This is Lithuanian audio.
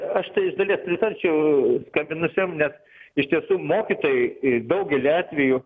aš tai iš dalies pritarčiau skambinusiam nes iš tiesų mokytojai į daugelį atvejų